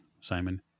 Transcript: Simon